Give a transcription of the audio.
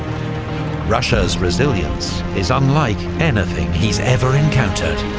russia's resilience is unlike anything he's ever encountered.